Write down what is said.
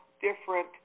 different